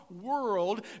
world